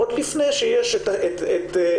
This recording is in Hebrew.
עוד לפני שיש את הפעילות,